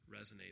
resonates